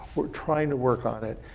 we're trying to work on it.